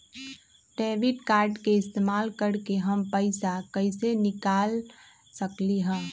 Debit card के इस्तेमाल करके हम पैईसा कईसे निकाल सकलि ह?